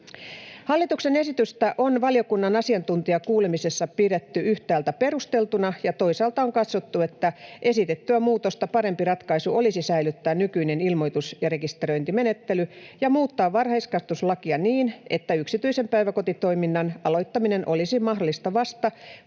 Hallituksen esitystä on valiokunnan asiantuntijakuulemisessa pidetty yhtäältä perusteltuna ja toisaalta on katsottu, että esitettyä muutosta parempi ratkaisu olisi säilyttää nykyinen ilmoitus- ja rekisteröintimenettely ja muuttaa varhaiskasvatuslakia niin, että yksityisen päiväkotitoiminnan aloittaminen olisi mahdollista vasta,